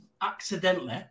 accidentally